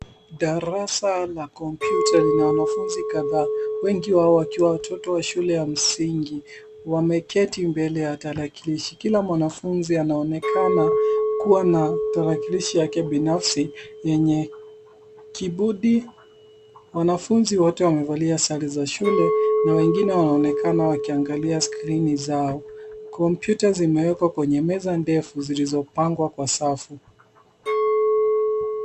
Darasa la kompyuta lina wanafunzi kadhaa wengi wao wakiwa watoto wa shule ya msingi. Wameketi mbele ya tarakilishi. Kila mwanafunzi anaonekana kuwa na tarakilishi yake binafsi yenye kibodi. Wanafunzi wote wamevalia sare za shule, na wengine waonekana wakiangalia skrini zao. Kompyuta zimewekwa kwenye meza ndefu zilizopangwa kwa safu.